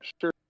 sure